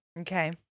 Okay